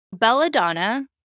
belladonna